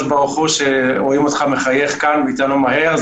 ברוך הוא שרואים אותך מחייך כאן אתנו מהר.